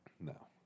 No